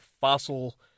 Fossil